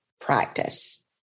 practice